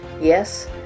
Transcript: Yes